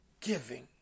giving